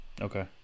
Okay